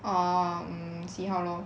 orh um see how lor